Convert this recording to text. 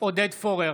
עודד פורר,